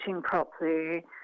properly